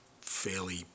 fairly